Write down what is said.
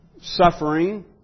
suffering